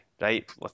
Right